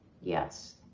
yes